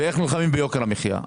על איך נלחמים ביוקר המחייה.